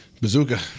Bazooka